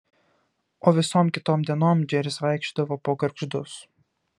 o visom kitom dienom džeris vaikščiodavo po gargždus